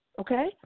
okay